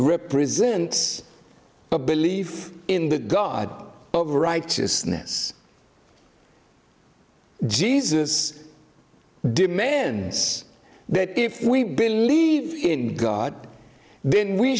represents a belief in the god of righteousness jesus demands that if we believe in god